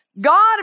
God